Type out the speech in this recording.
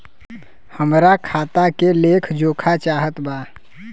हमरा खाता के लेख जोखा चाहत बा?